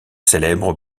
célèbre